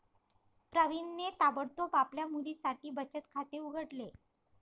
प्रवीणने ताबडतोब आपल्या मुलीसाठी बचत खाते उघडले